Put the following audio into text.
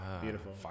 Beautiful